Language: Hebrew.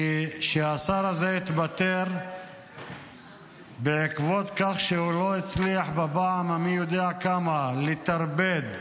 כשהשר הזה התפטר בעקבות זה שהוא לא הצליח בפעם המי-יודע-כמה לטרפד עסקה,